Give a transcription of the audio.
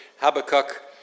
Habakkuk